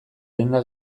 denda